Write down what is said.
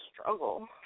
struggle